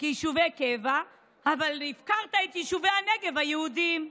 כיישובי קבע והפקרת את יישובי היהודים,